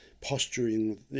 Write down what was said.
posturing